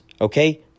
Okay